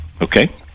Okay